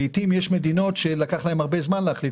לעיתים יש מדינות שלקח להן הרבה זמן להחליט